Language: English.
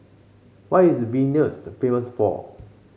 what is Vilnius famous for